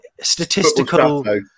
statistical